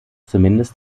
zumindest